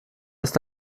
ist